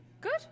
Good